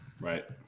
Right